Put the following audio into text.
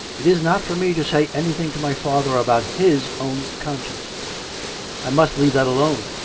it is not for me to say anything to my father about his own conscience i must leave that alone.